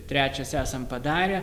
trečias esam padarę